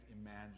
imagine